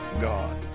God